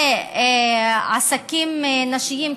שעסקים נשיים,